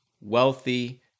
wealthy